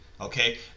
Okay